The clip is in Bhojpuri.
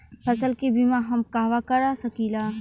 फसल के बिमा हम कहवा करा सकीला?